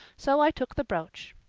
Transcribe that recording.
so i took the brooch.